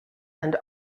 and